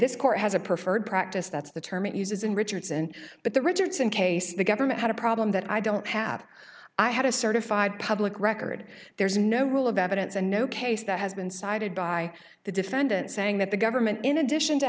this court has a preferred practice that's the term it uses in richardson but the richardson case the government had a problem that i don't have i had a certified public record there's no rule of evidence and no case that has been cited by the defendant saying that the government in addition to